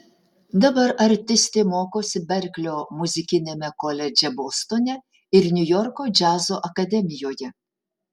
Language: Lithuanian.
dabar artistė mokosi berklio muzikiniame koledže bostone ir niujorko džiazo akademijoje